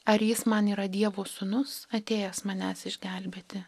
ar jis man yra dievo sūnus atėjęs manęs išgelbėti